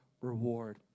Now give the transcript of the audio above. reward